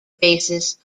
basis